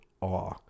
awe